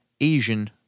Asian